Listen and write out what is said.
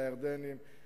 לירדנים,